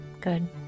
Good